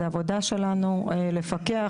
זאת העבודה שלנו לפקח,